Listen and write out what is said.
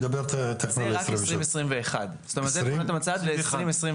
תיכף אני אדבר על 2023. זו נקודת המצב ל-2021.